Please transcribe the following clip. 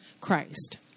Christ